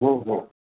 हो हो